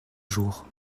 jours